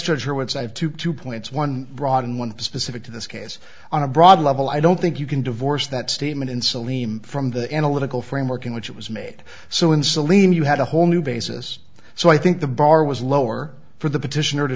structure once i have two two points one broad and one specific to this case on a broad level i don't think you can divorce that statement in salema from the analytical framework in which it was made so in saline you had a whole new basis so i think the bar was lower for the petitioner to